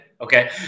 okay